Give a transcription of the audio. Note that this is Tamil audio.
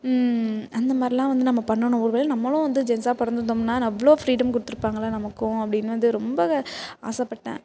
அந்தமாதிரிலாம் வந்து நம்ம பண்ணணும் ஒருவேலை நம்மளும் வந்து ஜென்ஸாக பிறந்துருந்தோம்ன்னா அவ்வளோ ஃப்ரீடம் கொடுத்துருப்பாங்கள்ல நமக்கும் அப்டின்னு வந்து ரொம்ப ஆசைப்பட்டேன்